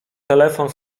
telefon